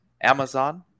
Amazon